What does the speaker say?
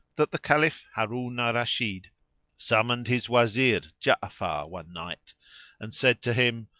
that the caliph harun al-rashid summoned his wazir ja'afar one night and said to him,